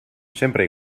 sempre